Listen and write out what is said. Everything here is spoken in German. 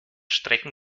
strecken